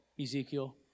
Ezekiel